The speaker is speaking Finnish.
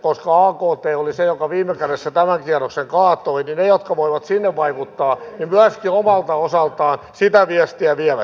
koska akt oli se joka viime kädessä tämän kierroksen kaatoi toivon että ne jotka voivat sinne vaikuttaa myöskin omalta osaltaan sitä viestiä vievät